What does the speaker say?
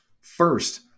first